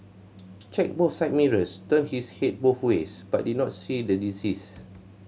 checked both side mirrors turned his head both ways but did not see the deceased